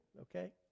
Okay